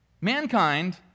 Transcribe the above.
Mankind